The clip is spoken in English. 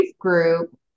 group